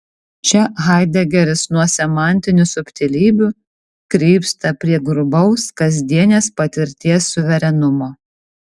čia haidegeris nuo semantinių subtilybių krypsta prie grubaus kasdienės patirties suverenumo